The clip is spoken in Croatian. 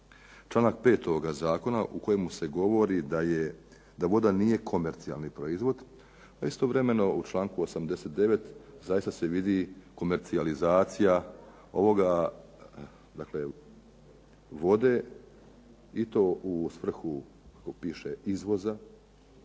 Članak 5. ovoga zakona u kojemu se govori da voda nije komercijalni proizvod, a istovremeno u članku 89. zaista se vidi komercijalizacija ovoga, dakle vode i to u svrhu kako